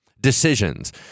decisions